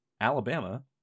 Alabama